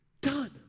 done